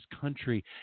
country